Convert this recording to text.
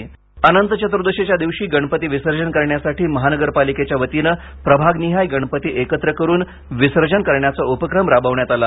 अनंत अनंत चतूर्दशीच्या दिवशी गणपती विसर्जन करण्यासाठी महानगरपालिकेच्या वतीने प्रभाग निहाय गणपती एकत्रित करून विसर्जन करण्याचा उपक्रम राबविण्यात आला